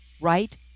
right